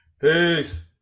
peace